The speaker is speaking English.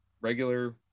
regular